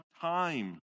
time